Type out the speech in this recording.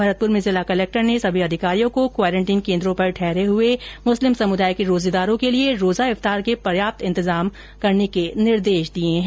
भरतपुर में जिला कलेक्टर ने सभी अधिकारियों को क्वारेंटीन केन्द्रों पर ठहरे हुए मुस्लिम समुदाय के रोजेदारों के लिए रोजा इफ्तार के पर्याप्त इंतजाम करने के निर्देश दिए हैं